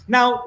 Now